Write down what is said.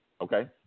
Okay